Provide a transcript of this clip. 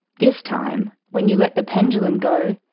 this time when you let the pendulum go,